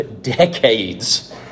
decades